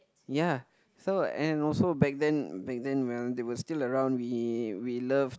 ya so and also back then back then when they were still around we we love